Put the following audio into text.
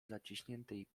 zaciśniętej